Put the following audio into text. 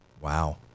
Wow